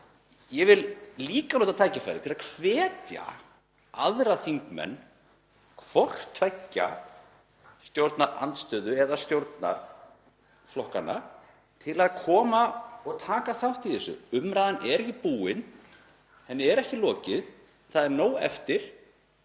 Ég vil líka nota tækifærið til að hvetja aðra þingmenn, hvort tveggja stjórnarandstöðu og stjórnar, til að koma og taka þátt í þessu. Umræðan er ekki búin, henni er ekki lokið. Það er nóg eftir,